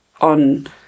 on